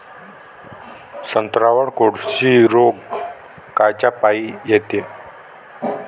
संत्र्यावर कोळशी रोग कायच्यापाई येते?